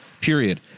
Period